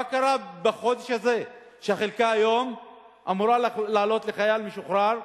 מה קרה בחודש הזה שהחלקה אמורה לעלות היום לחייל משוחרר,